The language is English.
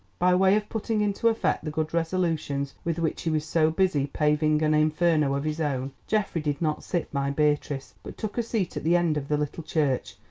by way of putting into effect the good resolutions with which he was so busy paving an inferno of his own, geoffrey did not sit by beatrice, but took a seat at the end of the little church,